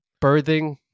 birthing